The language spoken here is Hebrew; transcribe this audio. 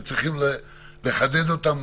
בשים לב למאפייני התחלואה באזור,